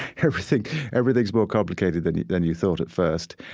everything's everything's more complicated than than you thought at first.